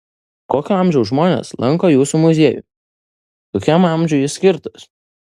kokio amžiaus žmonės lanko jūsų muziejų kokiam amžiui jis skirtas